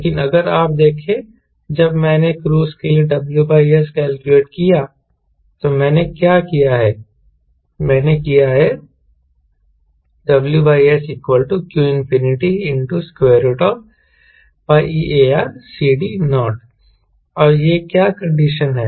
लेकिन अगर आप देखें जब मैंने क्रूज के लिए WS कैलकुलेट किया तो मैंने क्या किया है मैंने लिया है WSqπAReCD0 और यह क्या कंडीशन है